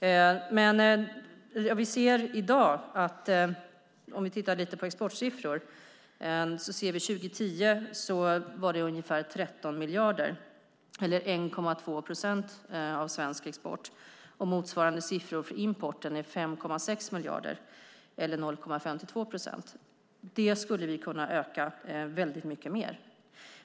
Om vi tittar lite grann på exportsiffror ser vi att exporten 2010 var ungefär 13 miljarder, eller 1,2 procent av svensk export. Motsvarande siffror för importen är 5,6 miljarder eller 0,52 procent. Det skulle vi kunna öka mycket mer.